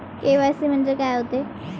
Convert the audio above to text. KYC म्हंनजे का होते?